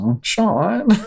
Sean